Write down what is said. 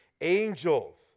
angels